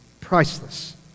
priceless